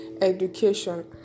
education